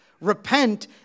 repent